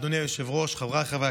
אדוני ראש הממשלה חבר הכנסת